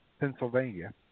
Pennsylvania